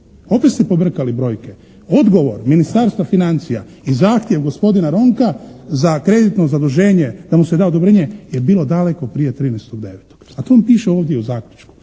opet ste pobrkali brojke, odgovor Ministarstva financija i zahtjev gospodina Ronka za kreditno zaduženje da mu se da odobrenje je bilo daleko prije 13.9., pa to vam piše ovdje u zaključku.